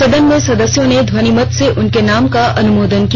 सदन में सदस्यों ने ध्वानि मत से उनके नाम का अनुमोदन किया